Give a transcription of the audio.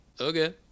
okay